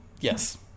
Yes